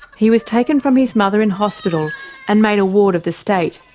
he was taken from his mother in hospital and made a ward of the state.